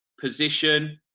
position